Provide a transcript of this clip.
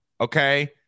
Okay